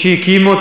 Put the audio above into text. מי שהקים,